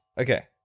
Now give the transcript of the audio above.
Okay